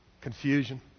Confusion